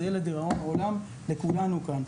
זה יהיה לדיראון עולם לכולנו כאן.